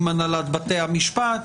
עם הנהלת בתי המשפט,